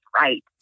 right